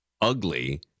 ugly